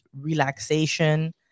relaxation